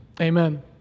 Amen